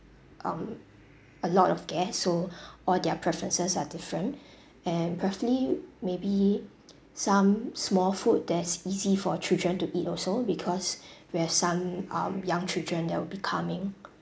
um a lot of guests so all their preferences are different and preferably maybe some small food that's easy for children to eat also because we have some um young children that will be coming